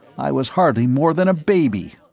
i was hardly more than a baby.